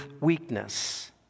weakness